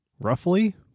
roughly